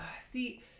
see